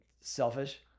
Selfish